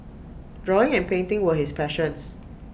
drawing and painting were his passions